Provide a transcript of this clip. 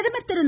பிரதமர் திரு